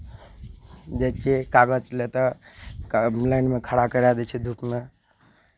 जाइ छियै कागज लए तऽ काग लाइनमे खड़ा करा दै छै धूपमे